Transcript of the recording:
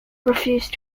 refused